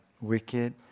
wicked